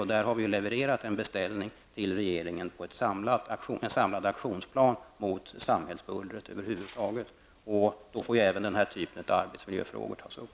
Riksdagen har där lämnat en beställning till regeringen på en samlad aktionsplan mot samhällsbullret över huvud taget, och där får även den här typen av arbetsmiljöfrågor tas upp.